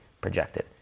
projected